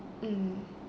mm